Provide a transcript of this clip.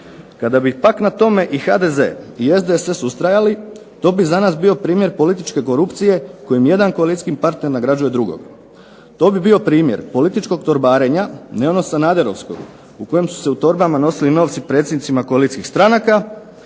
Kada bi pak na tome i HDZ i SDSS ustrajali to bi za nas bio primjer političke korupcije kojim jedan koalicijski partner nagrađuje drugog. To bi bio primjer političkog torbarenja, ne onog Sanaderovskog u kojem su se u torbama nosili novci predsjednicima koalicijskih stranaka